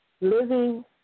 Living